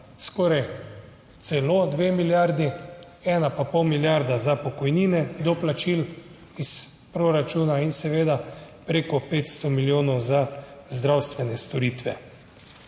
skoraj celo dve milijardi, ena pa pol milijarde za pokojnine doplačil iz proračuna in seveda preko 500 milijonov za zdravstvene storitve.